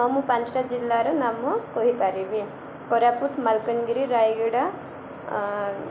ହଁ ମୁଁ ପାଞ୍ଚଟା ଜିଲ୍ଲାର ନାମ କହିପାରିବି କୋରାପୁଟ ମାଲକାନଗିରି ରାୟଗଡ଼ା